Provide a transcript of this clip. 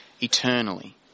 eternally